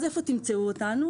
איפה תמצאו אותנו